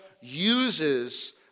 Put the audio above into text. uses